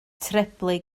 treblu